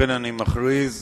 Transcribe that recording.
חבר הכנסת אורבך,